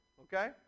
Okay